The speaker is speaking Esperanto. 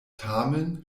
tamen